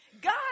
God